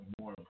more